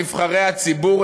נבחרי הציבור,